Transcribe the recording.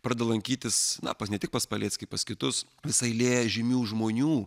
pradeda lankytis na ne tik pas paleckį pas kitus visa eilė žymių žmonių